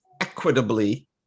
equitably